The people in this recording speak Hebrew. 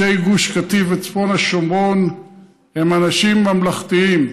אנשי גוש קטיף וצפון השומרון הם אנשים ממלכתיים.